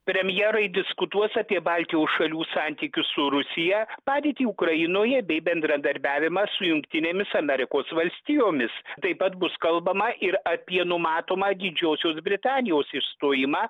premjerai diskutuos apie baltijos šalių santykius su rusija padėtį ukrainoje bei bendradarbiavimą su jungtinėmis amerikos valstijomis taip pat bus kalbama ir apie numatomą didžiosios britanijos išstojimą